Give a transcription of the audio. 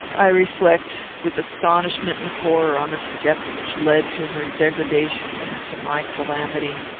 i reflect with astonishment and horror on the steps which led to her degradation and to my calamity.